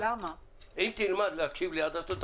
אם תלמד להקשיב לי עד הסוף,